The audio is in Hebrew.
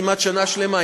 כמעט שנה שלמה,